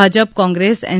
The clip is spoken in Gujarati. ભાજપ કોંગ્રેસ એન